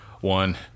one